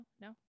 No